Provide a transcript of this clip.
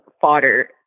fodder